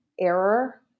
error